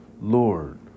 Lord